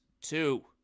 two